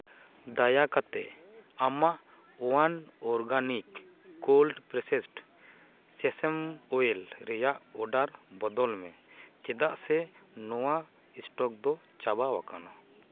ᱫᱟᱭᱟ ᱠᱟᱛᱮ ᱟᱢᱟᱜ own organic cold pressed sesame oil ᱨᱮᱭᱟᱜ ᱚᱰᱟᱨ ᱵᱚᱫᱚᱞ ᱢᱮ ᱪᱮᱫᱟᱜ ᱥᱮ ᱱᱚᱣᱟ ᱥᱴᱚᱠ ᱫᱚ ᱪᱟᱵᱟᱣ ᱟᱠᱟᱱᱟ